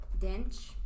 Dench